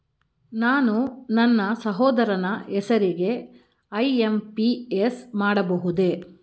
ನಾನು ನನ್ನ ಸಹೋದರನ ಹೆಸರಿಗೆ ಐ.ಎಂ.ಪಿ.ಎಸ್ ಮಾಡಬಹುದೇ?